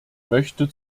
möchte